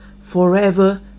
forever